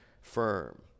firm